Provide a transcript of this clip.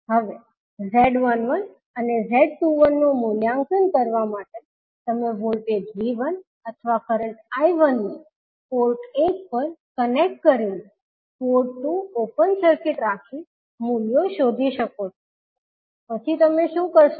હવે 𝐳11 અને 𝐳21 નું મૂલ્યાંકન કરવા માટે તમે વોલ્ટેજ 𝐕1 અથવા કરંટ 𝐈1 ને પોર્ટ 1 પર કનેક્ટ કરીને પોર્ટ 2 ઓપન સર્કિટ રાખી મૂલ્યો શોધી શકો છો પછી તમે શું કરશો